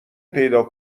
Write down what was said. پیدا